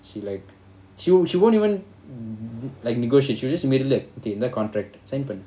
she like she~ she won't even n~ like negotiate she'll just immediately like okay இதான்:ithan contract sign பண்ணு:pannu